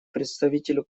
представителю